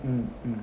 mm mm